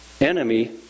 enemy